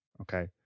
Okay